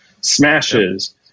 smashes